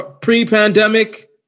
pre-pandemic